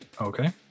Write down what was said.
Okay